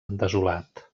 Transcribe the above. desolat